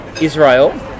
Israel